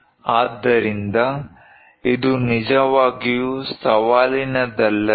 ಆದ್ದರಿಂದ ಇದು ನಿಜವಾಗಿಯೂ ಸವಾಲಿನದ್ದಲ್ಲವೇ